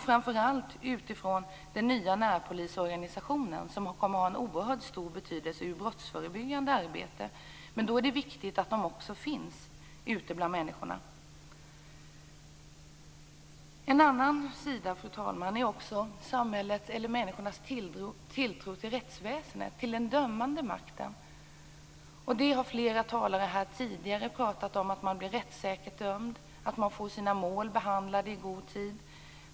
Framför allt kommer den nya närpolisorganisationen att ha en oerhört stor betydelse i det brottsförebyggande arbetet. Därför är det viktigt att de också finns ute bland människorna. En annan sida, fru talman, är människornas tilltro till rättsväsendet, till den dömande makten. Flera talare har här tidigare talat om vikten av att bli rättssäkert dömd och att man får sina mål behandlade i god tid.